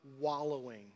wallowing